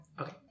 okay